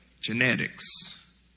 Genetics